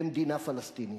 למדינה פלסטינית,